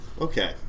okay